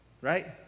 right